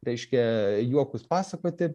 reiškia juokus pasakoti